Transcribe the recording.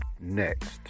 next